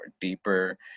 deeper